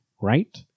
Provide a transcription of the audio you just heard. right